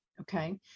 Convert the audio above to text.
okay